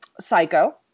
Psycho